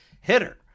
hitter